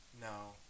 No